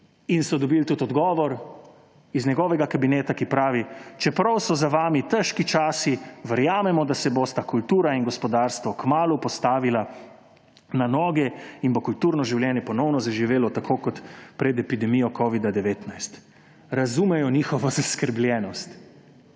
In so dobili tudi odgovor iz njegovega kabineta, ki pravi, »čeprav so za vami težki časi, verjamemo, da se bosta kultura in gospodarstvo kmalu postavila na noge in bo kulturno življenje ponovno zaživelo tako kot pred epidemijo covida-19«. Razumejo njihovo zaskrbljenost.